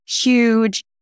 huge